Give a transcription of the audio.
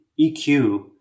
EQ